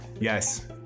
Yes